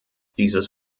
dieses